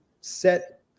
set